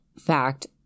fact